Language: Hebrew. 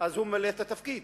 הוא ממלא את התפקיד.